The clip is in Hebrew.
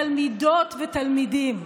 תלמידות ותלמידים.